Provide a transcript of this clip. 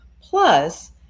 Plus